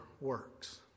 works